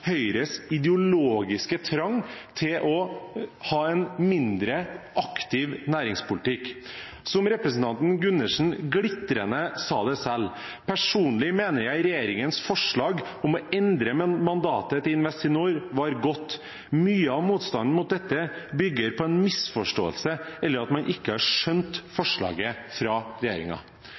Høyres ideologiske trang til å ha en mindre aktiv næringspolitikk. Som representanten Gundersen så glitrende sa det selv: «Personlig mener jeg regjeringens forslag om å endre mandatet til Investinor var godt. Mye av motstanden mot dette bygger på en misforståelse, eller at man ikke har skjønt forslaget fra